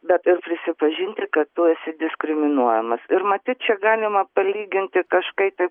bet ir prisipažinti kad tu esi diskriminuojamas ir matyt čia galima palyginti kažkaip kai